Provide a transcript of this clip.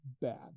bad